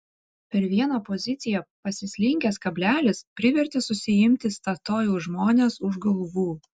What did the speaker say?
per vieną poziciją pasislinkęs kablelis privertė susiimti statoil žmones už galvų